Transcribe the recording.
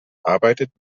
arbeitet